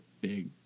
big